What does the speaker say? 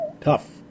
Tough